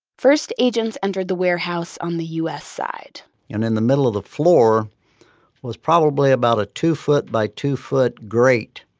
first, agents entered the warehouse on the u s. side and in the middle of the floor was probably about a two-foot by two-foot grate.